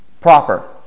proper